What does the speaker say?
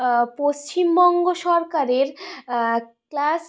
পশ্চিমবঙ্গ সরকারের ক্লাস